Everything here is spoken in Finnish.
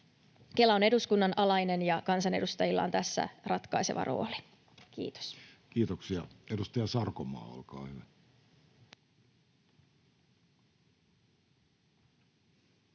Kela on eduskunnan alainen ja kansanedustajilla on tässä ratkaiseva rooli. — Kiitos. [Speech 23] Speaker: